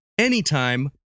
Anytime